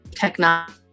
Technology